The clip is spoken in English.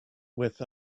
with